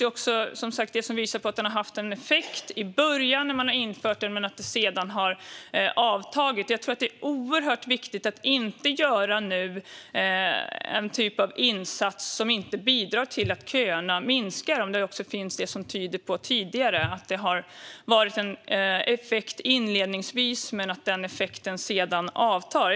Det finns som sagt det som visar att den hade effekt i början när den infördes men att denna effekt sedan har avtagit. Jag tror att det är oerhört viktigt nu att inte göra en typ av insats som inte bidrar till att köerna minskar, om det finns det som tyder på att det har varit en effekt inledningsvis men att den sedan har avtagit.